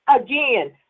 again